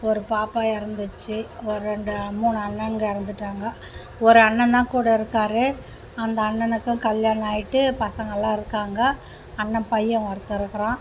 ஒரு பாப்பா இறந்துடுச்சு ஒரு ரெண்டு மூணு அண்ணனுங்க இறந்துட்டாங்க ஒரு அண்ணன்தான் கூடயிருக்காரு அந்த அண்ணனுக்கும் கல்யாணம் ஆகிட்டு பசங்களாம் இருக்காங்க அண்ணன் பையன் ஒருத்தன் இருக்கிறான்